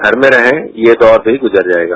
घर में रहें ये दौर भी गुजर जाएगा